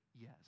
yes